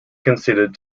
considered